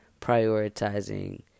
prioritizing